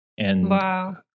Wow